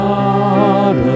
God